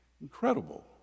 Incredible